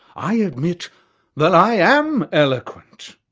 i admit that i am eloquent.